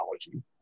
technology